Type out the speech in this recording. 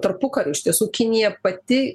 tarpukariu iš tiesų kinija pati